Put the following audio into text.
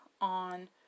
on